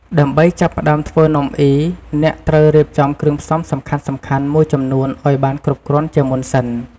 ដើម្បីចាប់ផ្តើមធ្វើនំអុី អ្នកត្រូវរៀបចំគ្រឿងផ្សំសំខាន់ៗមួយចំនួនឱ្យបានគ្រប់គ្រាន់ជាមុនសិន។